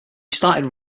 started